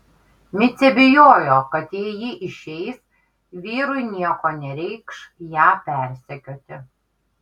micė bijojo kad jei ji išeis vyrui nieko nereikš ją persekioti